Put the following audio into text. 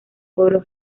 pueblo